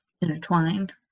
intertwined